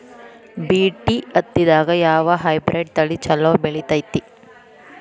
BT ಹತ್ತಿದಾಗ ಯಾವ hybrid ತಳಿ ಛಲೋ ಬೆಳಿತೈತಿ?